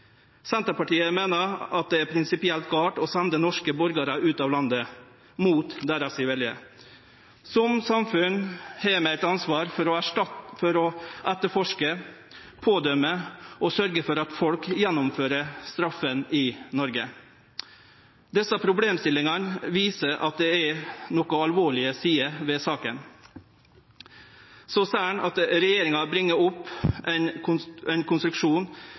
Senterpartiet meiner at det er prinsipielt gale å sende norske borgarar ut av landet mot deira vilje. Som samfunn har vi eit ansvar for å etterforske, pådømme og sørgje for at folk gjennomfører straffa i Noreg. Desse problemstillingane viser at det er nokre alvorlege sider ved saka. Så ser ein at regjeringa kjem opp med ein konstruksjon der ein